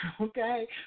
Okay